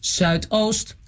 zuidoost